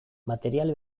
material